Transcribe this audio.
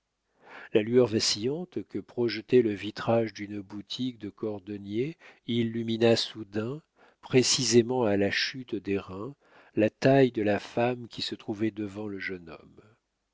la lueur vacillante que projetait le vitrage d'une boutique de cordonnier illumina soudain précisément à la chute des reins la taille de la femme qui se trouvait devant le jeune homme